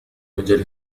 مجال